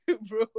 bro